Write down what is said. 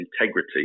integrity